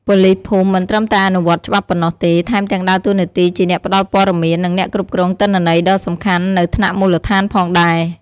ប៉ូលីសភូមិមិនត្រឹមតែអនុវត្តច្បាប់ប៉ុណ្ណោះទេ ថែមទាំងដើរតួនាទីជាអ្នកផ្តល់ព័ត៌មាន និងអ្នកគ្រប់គ្រងទិន្នន័យដ៏សំខាន់នៅថ្នាក់មូលដ្ឋានផងដែរ។